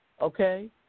okay